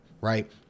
right